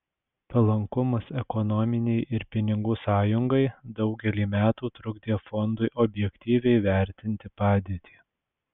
palankumas ekonominei ir pinigų sąjungai daugelį metų trukdė fondui objektyviai vertinti padėtį